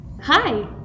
Hi